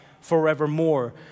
forevermore